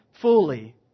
fully